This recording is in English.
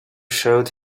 showed